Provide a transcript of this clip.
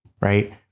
right